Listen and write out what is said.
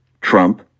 Trump